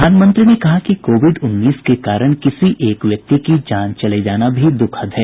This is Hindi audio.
प्रधानमंत्री ने कहा कि कोविड उन्नीस के कारण किसी एक व्यक्ति की जान चले जाना भी दुखद है